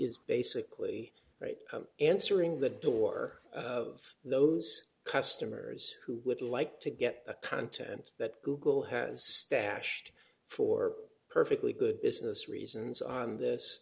is basically right answering the door of those customers who would like to get the content that google has stashed for perfectly good business reasons on this